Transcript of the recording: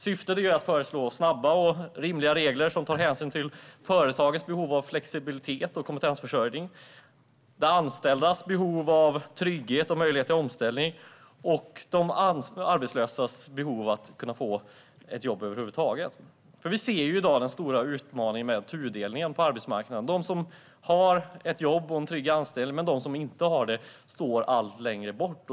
Syftet är att föreslå snabba och rimliga regler som tar hänsyn till företagens behov av flexibilitet och kompetensförsörjning, de anställdas behov av trygghet och möjlighet till omställning samt de arbetslösas behov av att kunna få ett jobb över huvud taget. Vi ser nämligen den stora utmaningen med tudelningen på arbetsmarknaden i dag - att de som har ett jobb och en trygg anställning och de som inte har det står allt längre ifrån varandra.